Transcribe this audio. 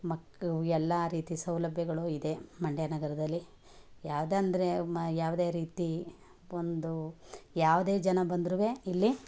ಮಕ್ ಎಲ್ಲ ರೀತಿ ಸೌಲಭ್ಯಗಳು ಇದೆ ಮಂಡ್ಯ ನಗರದಲ್ಲಿ ಯಾವ್ದು ಅಂದರೆ ಮ್ ಯಾವುದೇ ರೀತಿ ಒಂದು ಯಾವುದೇ ಜನ ಬಂದರೂ ಇಲ್ಲಿ